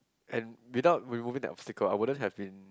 and without removing that obstacle I wouldn't have been